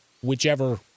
whichever